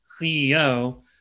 ceo